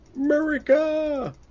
America